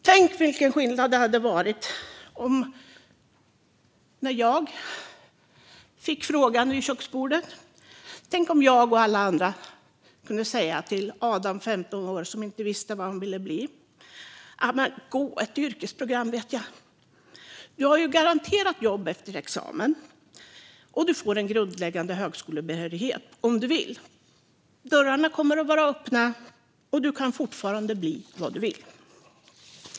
Tänk om föräldern till Adam, 15 år, som inte visste vad han vill bli hade sagt: Gå ett yrkesprogram, vet jag! Du är garanterad jobb efter examen, och du får en grundläggande högskolebehörighet om du vill. Dörrarna kommer att vara öppna, och du kan fortfarande bli vad du vill.